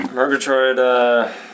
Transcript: Murgatroyd